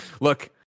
look